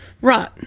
Right